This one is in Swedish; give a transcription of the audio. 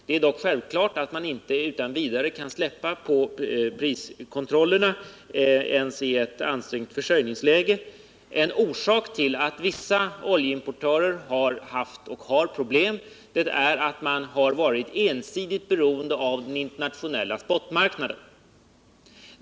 Det är dock självklart att man inte utan vidare kan släppa på priskontrollerna ens i ett ansträngt försörjningsläge. En orsak till att vissa oljeimportörer har haft och har problem är att man har varit ensidigt beroende av den internationella spot-marknaden.